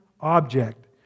object